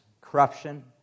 corruption